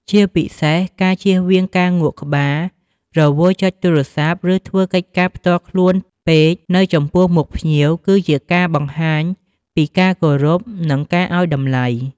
ជាពិសេសការជៀសវាងការងក់ក្បាលរវល់ចុចទូរស័ព្ទឬធ្វើកិច្ចការផ្ទាល់ខ្លួនពេកនៅចំពោះមុខភ្ញៀវ គឺជាការបង្ហាញពីការគោរព និងការឲ្យតម្លៃ។